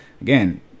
Again